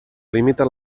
limita